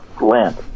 land